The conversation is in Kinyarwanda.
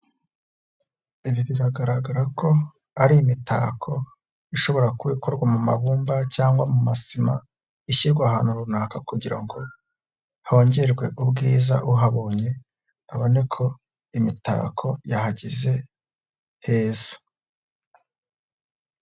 Ibi biragaragara ko ari imitako ishobora kuba ikorwa mu mabumba cyangwa mu masima, ishyirwa ahantu runaka kugira ngo hongerwe ubwiza uhabonye abone ko imitako yahageze heza.